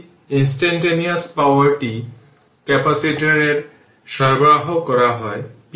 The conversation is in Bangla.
এবং পরেরটি হল যে একটি আইডেল ক্যাপাসিটর এনার্জি অপচয় করতে পারে না যেমনটি আমি আগে বলেছি